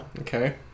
Okay